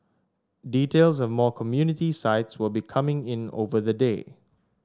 details of more community sites will be coming in over the day